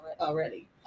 already